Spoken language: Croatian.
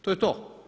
To je to.